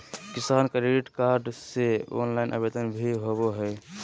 किसान credit card ले online आवेदन भी होबय हय